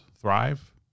thrive